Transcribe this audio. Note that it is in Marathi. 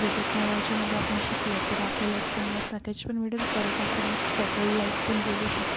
जे टेक्नोलॉजीमध्ये आपण शिकलोय तर आपल्याला एक चांगला पॅकेजपण मिळेल परत आपण एक सेटल लाईपपण जगू शकू